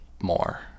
more